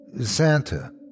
Santa